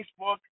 Facebook